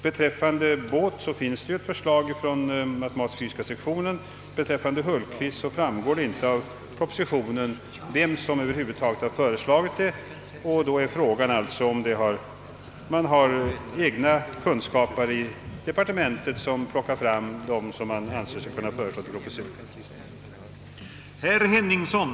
Beträffande Båth föreligger ju ett förslag från matematisk-fysiska sektionen i Uppsala. Av propositionen framgår dock inte vem som föreslagit Hultqvist. Frågan blir då, om departementet har egna kunskapare som plockar fram de personer som sedan föreslås till innehavare av professurer.